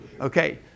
Okay